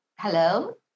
Hello